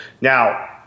now